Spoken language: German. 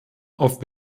auf